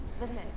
Listen